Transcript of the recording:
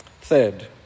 Third